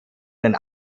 den